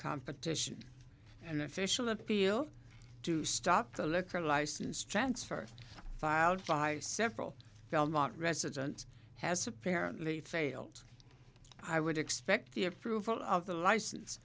competition and official appeal to stop the liquor license transfers filed by several belmont resident has apparently failed i would expect the approval of the license